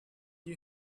you